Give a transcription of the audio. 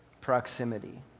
proximity